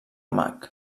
mag